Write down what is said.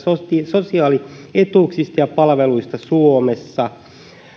sosiaalietuuksista ja palveluista suomessa